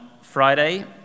Friday